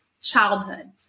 childhood